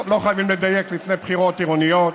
טוב, לא חייבים לדייק לפני בחירות עירוניות,